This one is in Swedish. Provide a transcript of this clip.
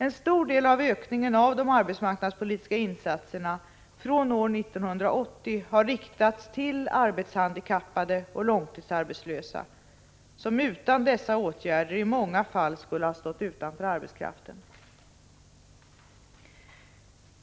En stor del av ökningen av de arbetsmarknadspolitiska insatserna från år 1980 har riktats till arbetshandikappade och långtidsarbetslösa, som utan dessa åtgärder i många fall skulle ha stått utanför arbetskraften.